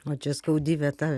o čia skaudi vieta